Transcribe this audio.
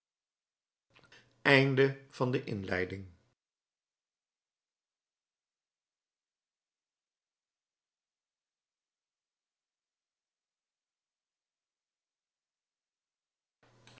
genezing van de